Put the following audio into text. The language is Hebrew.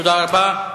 תודה רבה.